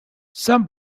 some